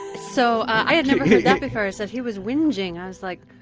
and so i had never heard that before. it said he was whinging i was like,